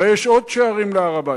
הרי יש עוד שערים להר-הבית.